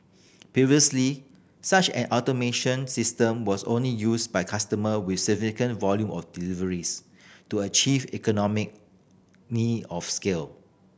previously such an automation system was only used by customer with significant volume of deliveries to achieve economic of scale